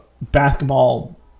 basketball